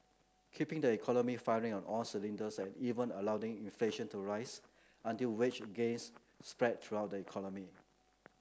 keeping the economy firing on all cylinders and even allowing inflation to rise until wage gains spread throughout the economy